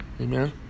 amen